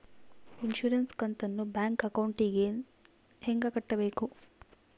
Insurance ಕಂತನ್ನ bank ಅಕೌಂಟಿಂದ ಹೆಂಗ ಕಟ್ಟಬೇಕು?